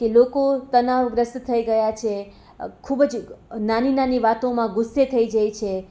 કે લોકો તણાવગ્રસ્ત થઈ ગયા છે ખૂબ જ નાની નાની વાતોમાં ગુસ્સે થઈ જાય છે